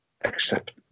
accept